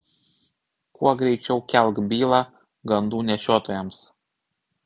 kuo greičiau kelk bylą gandų nešiotojams